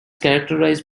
characterized